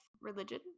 religion